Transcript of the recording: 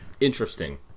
interesting